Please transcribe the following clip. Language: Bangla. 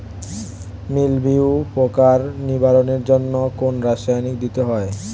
মিলভিউ পোকার নিবারণের জন্য কোন রাসায়নিক দিতে হয়?